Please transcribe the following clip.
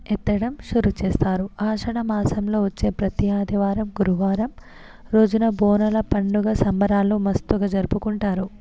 ఎత్తడం షురూ చేస్తారు ఆషాడ మాసంలో వచ్చే ప్రతి ఆదివారం గురువారం రోజున బోనాల పండుగ సంబరాలు మస్తుగా జరుపుకుంటారు